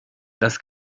das